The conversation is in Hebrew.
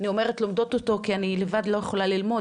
אני אומרת לומדות אותו כי אני לבד לא יכולה ללמוד,